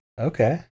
Okay